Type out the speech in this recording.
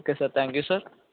okay sir thank you sir